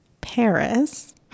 Paris